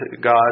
God